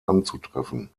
anzutreffen